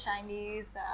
Chinese